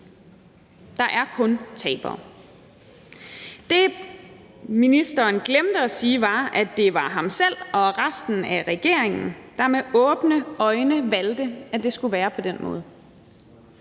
Der er kun tabere. Det, ministeren glemte at sige, var, at det var ham selv og resten af regeringen, der med åbne øjne valgte, at det skulle være på den måde.